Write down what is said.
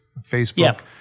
Facebook